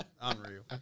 Unreal